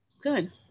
good